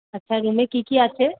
আচ্ছা রুমে কী কী আছে